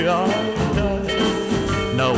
Now